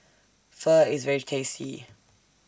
Pho IS very tasty